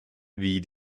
wie